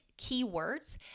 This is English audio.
keywords